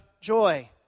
joy